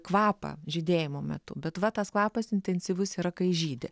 kvapą žydėjimo metu bet va tas kvapas intensyvus yra kai žydi